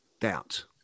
doubt